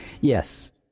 Yes